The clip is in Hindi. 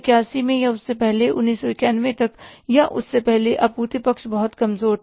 1991 में या उससे पहले 1991 तक या उससे पहले आपूर्ति पक्ष बहुत कमजोर था